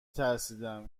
ترسیدم